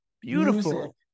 Beautiful